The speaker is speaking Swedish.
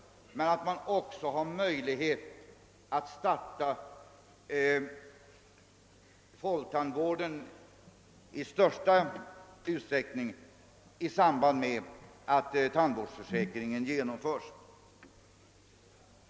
Man bör ha möjlighet att i största utsträckning kunna starkt vidga folktandvården i samband med att tandvårdsförsäkringen genomförs.